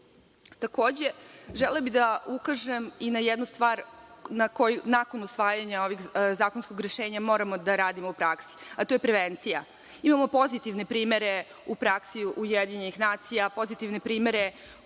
Srbije. Takođe, želela bih da ukažem i na jednu stvar, nakon usvajanja ovog zakonskog rešenja moramo da radimo u praksi, a to je prevencija. Imamo pozitivne primer u praksi UN, pozitivne primere